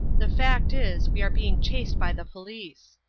the fact is, we are being chased by the police.